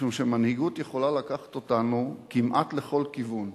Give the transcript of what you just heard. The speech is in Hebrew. משום שמנהיגות יכולה לקחת אותנו כמעט לכל כיוון.